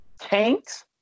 tanks